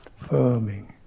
firming